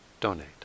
donate